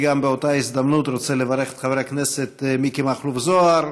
באותה הזדמנות אני רוצה לברך את חבר הכנסת מיקי מכלוף זוהר